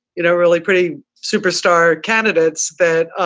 you know, really pretty superstar candidates that